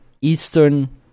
Eastern